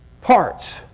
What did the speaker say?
parts